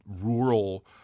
rural